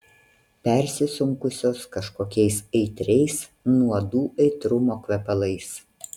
persisunkusios kažkokiais aitriais nuodų aitrumo kvepalais